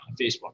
Facebook